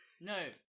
No